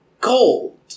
gold